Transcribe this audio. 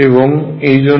এবং এইজন্য